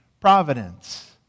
providence